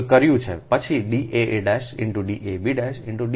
લ કર્યો પછી D a a × D ab × D ac